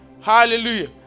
Hallelujah